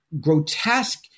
grotesque